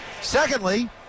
Secondly